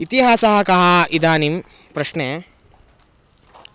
इतिहासः कः इदानीं प्रश्ने